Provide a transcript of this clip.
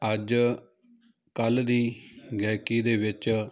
ਅੱਜ ਕੱਲ੍ਹ ਦੀ ਗਾਇਕੀ ਦੇ ਵਿੱਚ